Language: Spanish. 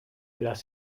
las